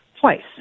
twice